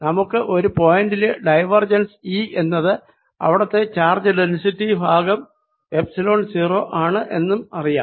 നമുക്ക് ഒരു പോയിന്റിലെ ഡൈവേർജെൻസ് E എന്നത് അവിടത്തെ ചാർജ് ഡെന്സിറ്റി ബൈ എപ്സിലോൺ 0 ആണ് എന്നും അറിയാം